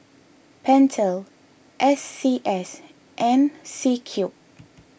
Pentel S C S and C Cube